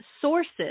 sources